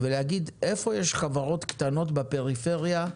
ולהגיד איפה יש חברות קטנות בפריפריה,